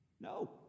No